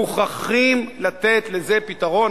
מוכרחים לתת לזה פתרון,